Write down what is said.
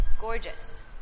Gorgeous